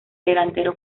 delantero